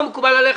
לא מקובל עליך?